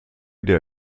der